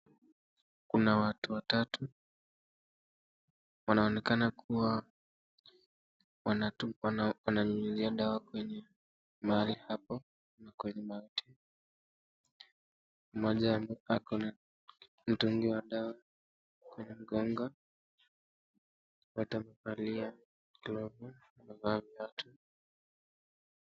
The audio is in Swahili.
Kuna watu watatu, wanaonekana kuwa wananyunyizia dawa kwenye mahali hapo. Mmoja ako na mtungi wa dawa kwa mgongo. Wote wamevalia glovu na viatu.